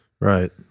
Right